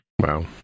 Wow